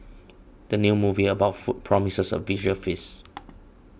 the new movie about food promises a visual feast